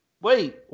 Wait